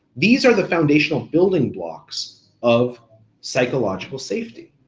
these are the foundational building blocks of psychological safety.